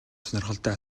сонирхолтой